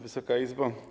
Wysoka Izbo!